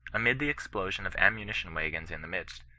amid the explosion of ammunition-waggons in the midst,